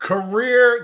Career